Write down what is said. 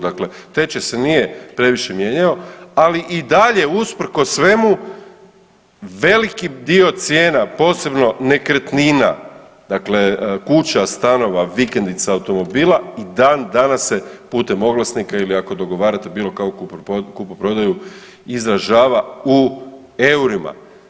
Dakle, tečaj se nije previše mijenjao ali i dalje usprkos svemu veliki dio cijena posebno nekretnina, dakle kuća, stanova, vikendica, automobila i dan danas se putem oglasnika ili ako dogovarate bilo kakvu kupoprodaju izražava u eurima.